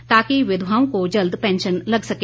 ताकि विधवाओं को जल्द पेंशन लग सके